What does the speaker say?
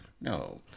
no